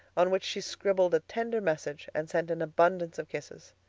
on which she scribbled a tender message and sent an abundance of kisses.